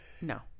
No